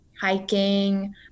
hiking